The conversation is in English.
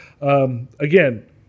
Again